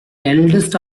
eldest